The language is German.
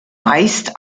meist